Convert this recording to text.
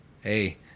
Hey